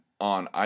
on